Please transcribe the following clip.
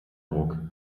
ruck